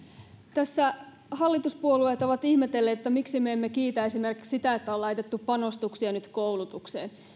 tässä hallituspuolueet ovat ihmetelleet miksi me emme kiitä esimerkiksi sitä että on laitettu panostuksia nyt koulutukseen